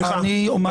אני אומר את שלי.